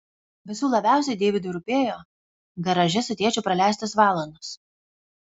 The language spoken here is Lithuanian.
visų labiausiai deividui rūpėjo garaže su tėčiu praleistos valandos